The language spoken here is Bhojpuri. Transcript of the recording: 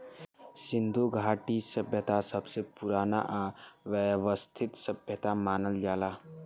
सिन्धु घाटी सभ्यता सबसे पुरान आ वयवस्थित सभ्यता मानल जाला